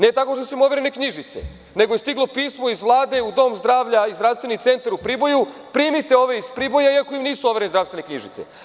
Ne tako što su im overene knjižice, nego je stiglo pismo iz Vlade u dom zdravlja i zdravstveni centar u Priboju – primite ove iz Priboja iako im nisu overene zdravstvene knjižice.